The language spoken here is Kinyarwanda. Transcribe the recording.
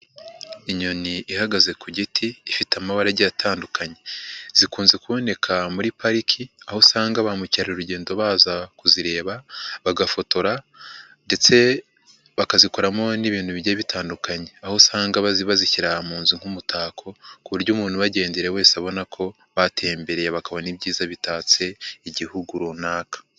Inyoni ihagaze ku giti ifite amabara agiye atandukanye, zikunze kuboneka muri pariki aho usanga ba mukerarugendo baza kuzireba bagafotora, ndetse bakazikoramo n'ibintu bigiye, bitandukanye, aho usanga bazishyira mu nzu nk'umutako, ku buryo umuntu ubagendere wese abona ko batembereye bakabona ibyiza bitatse igihugu runaka.